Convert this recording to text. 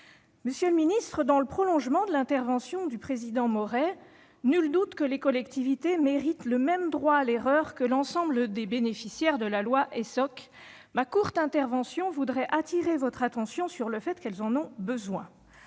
Monsieur le secrétaire d'État, dans le prolongement de l'intervention du président Maurey, je voudrais dire que, nul doute, les collectivités méritent le même droit à l'erreur que l'ensemble des bénéficiaires de la loi Essoc. Ma courte intervention voudrait appeler votre attention sur le fait qu'elles en ont besoin.